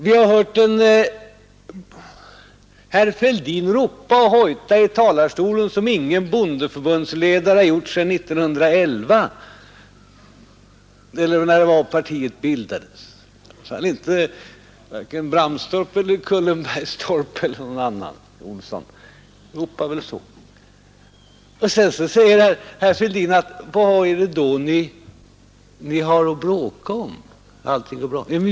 Vi har hört herr Fälldin ropa och hojta i talarstolen som ingen bondebundsförbundsledare har gjort sedan 1911 eller när det var partiet bildades. Varken Bramstorp, Olsson i Kullenbergstorp eller någon annan ropade väl så. Och så frågar herr Fälldin vad vi har att bråka om.